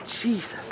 Jesus